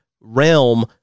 realm